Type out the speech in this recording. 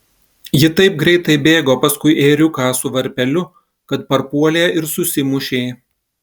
ji taip greitai bėgo paskui ėriuką su varpeliu kad parpuolė ir susimušė